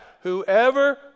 Whoever